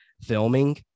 filming